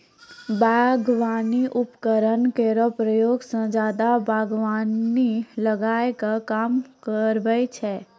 बागबानी उपकरन केरो प्रयोग सें जादा बागबानी लगाय क काम आबै छै